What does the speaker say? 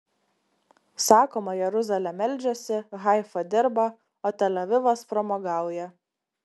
sakoma jeruzalė meldžiasi haifa dirba o tel avivas pramogauja